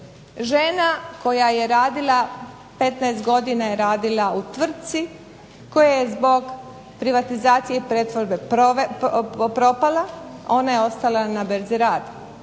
žena koja je radila 15 godina u tvrtci koja je zbog privatizacije i pretvorbe propala, a ona je ostala na Burzi rada.